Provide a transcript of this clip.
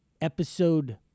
episode